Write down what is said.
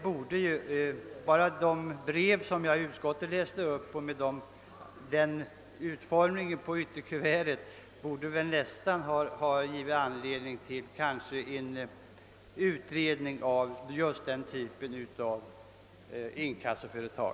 Bara de brev jag läste upp och de kuvert jag visade borde ha givit anledning till en utredning beträffande den här typen av inkassoföretag.